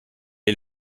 est